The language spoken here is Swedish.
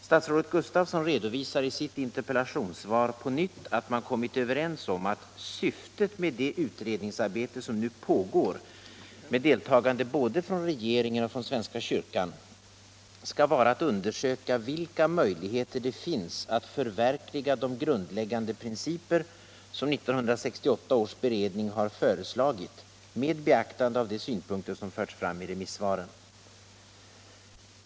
Statsrådet Gustafsson redovisar i sitt interpellationssvar på nytt att man kommit överens om att syftet med det utredningsarbete som nu pågår med deltagande både från regeringen och från svenska kyrkan skall vara att undersöka vilka möjligheter det finns att förverkliga de grundläggande principer som 1968 års beredning har föreslagit med beaktande av de synpunkter som förts fram i remissvaren.